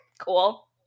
cool